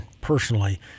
personally